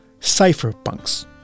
cypherpunks